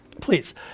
please